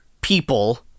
people